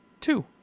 two